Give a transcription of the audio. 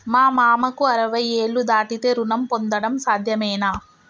మా మామకు అరవై ఏళ్లు దాటితే రుణం పొందడం సాధ్యమేనా?